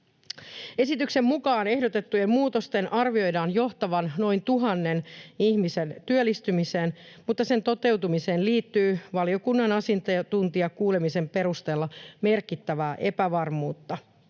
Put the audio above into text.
Esityksen mukaan ehdotettujen muutosten arvioidaan johtavan noin tuhannen ihmisen työllistymiseen, mutta sen toteutumiseen liittyy valiokunnan asiantuntijakuulemisen perusteella merkittävää epävarmuutta.